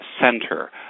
center